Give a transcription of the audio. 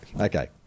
Okay